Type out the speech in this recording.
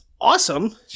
awesome